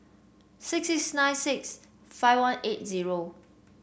six six nine six five one eight zero